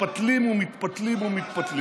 מתפתלים ומתפלים